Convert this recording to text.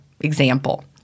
example